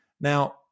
now